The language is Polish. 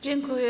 Dziękuję.